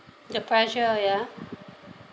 the pressure ya